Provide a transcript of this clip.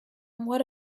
what